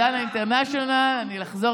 הינה, הוא בדיוק